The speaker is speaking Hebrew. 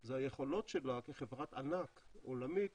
זה היכולות שלה כחברת ענק עולמית